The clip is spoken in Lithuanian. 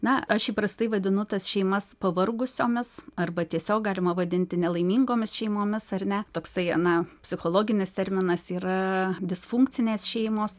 na aš įprastai vadinu tas šeimas pavargusiomis arba tiesiog galima vadinti nelaimingomis šeimomis ar ne toksai na psichologinis terminas yra disfunkcinės šeimos